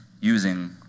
using